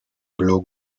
blog